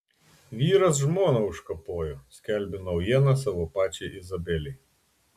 vyras žmoną užkapojo skelbiu naujieną savo pačiai izabelei